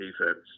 defense